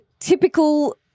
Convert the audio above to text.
typical